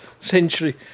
century